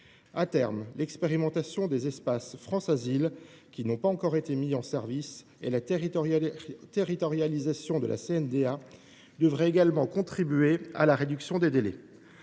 À terme, l’expérimentation des espaces France Asile, qui n’ont pas encore été mis en service, et la territorialisation de la Cour devraient également contribuer à la réduction des délais.